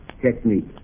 technique